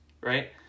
right